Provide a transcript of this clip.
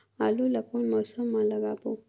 आलू ला कोन मौसम मा लगाबो?